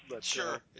Sure